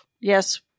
yes